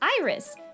Iris